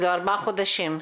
כלומר ארבעה חודשים.